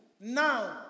Now